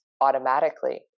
automatically